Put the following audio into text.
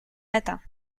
matins